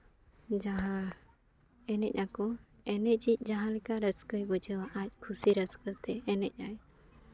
ᱡᱟᱦᱟᱸ ᱮᱱᱮᱡ ᱟᱠᱚ ᱮᱱᱮᱡᱤᱡ ᱡᱟᱦᱟᱸ ᱞᱮᱠᱟ ᱨᱟᱹᱥᱠᱟᱹᱭ ᱵᱩᱡᱷᱟᱹᱣᱟ ᱟᱡ ᱠᱷᱩᱥᱤ ᱨᱟᱹᱥᱠᱟᱹᱛᱮ ᱮᱱᱮᱡ ᱟᱭ